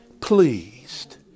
pleased